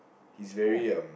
he's very um